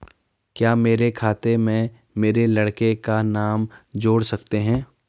क्या मेरे खाते में मेरे लड़के का नाम जोड़ सकते हैं?